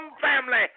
family